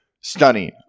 stunning